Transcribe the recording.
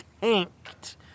tanked